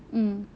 mm